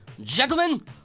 Gentlemen